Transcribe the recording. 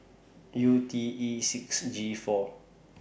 U T E six G four